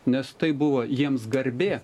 nes tai buvo jiems garbė